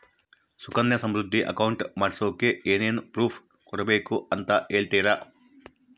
Sukanya Samriddhi account ಮಾಡಿಸೋಕೆ ಏನೇನು proof ಕೊಡಬೇಕು ಅಂತ ಹೇಳ್ತೇರಾ?